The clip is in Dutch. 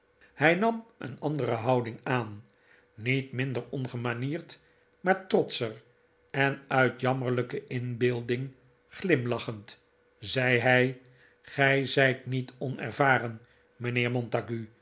hij nam een andere houding aan niet minder ongemanierd maar trotscher en uit jammerlijke inbeelding glimlachend zei hij gij zijt niet onervaren mijnheer montague